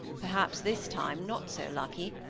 perhaps, this time, not so lucky,